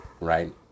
right